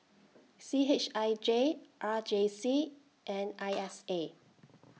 C H I J R J C and I S A